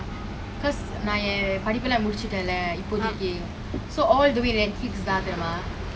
because நான் என் படிப்பு எல்லாம் முடிச்சிட்டேன் லே இப்போதக்கீ:naan en padippu ellam mudichittenley ippothakki so all the way netflix தான் தெரியுமா:thaan theriyuma